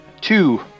Two